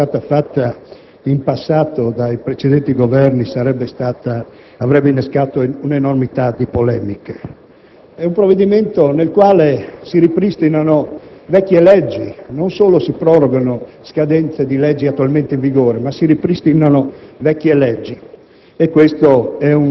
che, se fosse stata prevista in passato dai precedenti Governi, avrebbe innescato un'infinità di polemiche). È un provvedimento nel quale si ripristinano vecchie leggi; non solo si prorogano scadenze di leggi attualmente in vigore, ma si ripristinano vecchie leggi